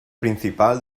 principal